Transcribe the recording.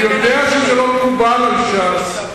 אני יודע שזה לא מקובל על ש"ס,